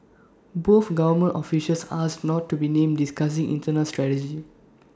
both government officials asked not to be named discussing internal strategy